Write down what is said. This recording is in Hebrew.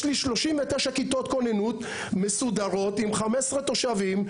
יש לי 39 כיתות כוננות מסודרות עם 15 תושבים,